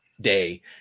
day